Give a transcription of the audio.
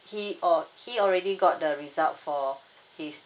he orh he already got the result for his